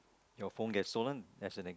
your phone gets stolen that is an